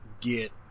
get